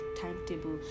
timetable